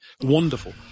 wonderful